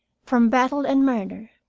from battle and murder,